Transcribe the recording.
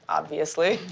obviously.